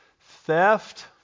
theft